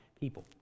people